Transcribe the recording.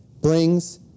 brings